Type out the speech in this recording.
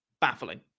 baffling